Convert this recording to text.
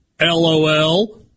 LOL